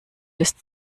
ist